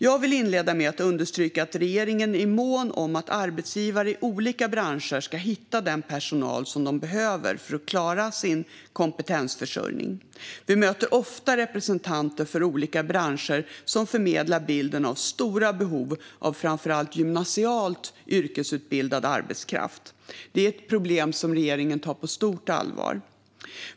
Jag vill inleda med att understryka att regeringen är mån om att arbetsgivare i olika branscher ska hitta den personal som de behöver för att klara sin kompetensförsörjning. Vi möter ofta representanter för olika branscher som förmedlar bilden av stora behov av framför allt gymnasialt yrkesutbildad arbetskraft. Detta är ett problem som regeringen tar på stort allvar.